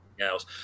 else